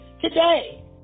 today